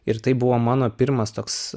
ir tai buvo mano pirmas toks